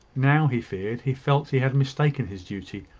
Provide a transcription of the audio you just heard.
now he feared, he felt he had mistaken his duty.